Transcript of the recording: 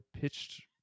pitched